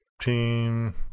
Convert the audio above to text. team